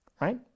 right